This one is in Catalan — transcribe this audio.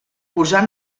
posar